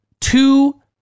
two